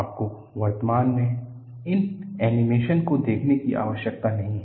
आपको वर्तमान में इन एनिमेशन को लिखने की आवश्यकता नहीं है